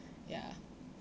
ya